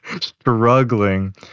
struggling